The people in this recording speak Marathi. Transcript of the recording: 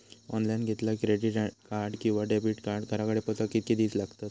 ऑनलाइन घेतला क्रेडिट कार्ड किंवा डेबिट कार्ड घराकडे पोचाक कितके दिस लागतत?